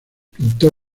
pintó